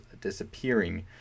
disappearing